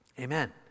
Amen